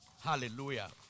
Hallelujah